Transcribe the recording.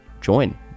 join